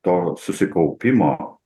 to susikaupimo